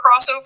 crossover